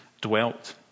dwelt